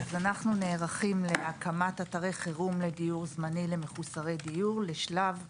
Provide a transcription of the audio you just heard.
אנחנו נערכים להקמת אתרי חירום לדיור זמני למחוסרי דיור לשלב ביניים,